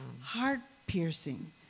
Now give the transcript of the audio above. heart-piercing